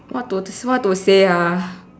what to what to say ah